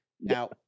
now